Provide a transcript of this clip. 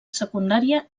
secundària